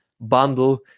bundle